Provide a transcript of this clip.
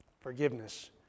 Forgiveness